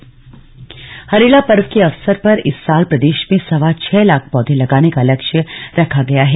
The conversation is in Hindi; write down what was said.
हरेला हरेला पर्व के अवसर पर इस साल प्रदेश में सवा छह लाख पौधे लगाने का लक्ष्य रखा गया है